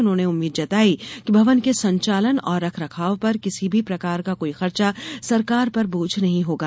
उन्होंने उम्मीद जताई कि भवन के संचालन और रखरखाव पर किसी भी प्रकार का कोई खर्चा सरकार पर बोझ नहीं होगा